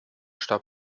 starb